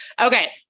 okay